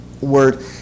word